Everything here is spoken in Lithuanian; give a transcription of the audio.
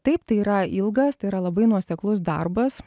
taip tai yra ilgas tai yra labai nuoseklus darbas